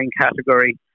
category